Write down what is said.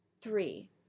Three